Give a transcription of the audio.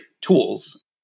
tools